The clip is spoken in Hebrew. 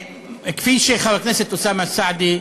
כפי שחבר הכנסת אוסאמה סעדי,